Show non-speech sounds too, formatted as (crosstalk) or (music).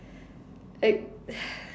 I (noise)